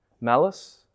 Malice